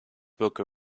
book